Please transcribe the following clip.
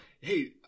hey